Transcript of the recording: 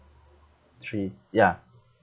three ya